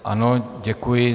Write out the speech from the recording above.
Ano, děkuji.